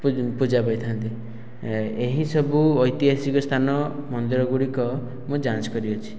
ପୂଜା ପାଇଥାନ୍ତି ଏହି ସବୁ ଐତିହାସିକ ସ୍ଥାନ ମନ୍ଦିର ଗୁଡ଼ିକ ମୁଁ ଯାଞ୍ଚ କରିଅଛି